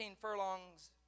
furlongs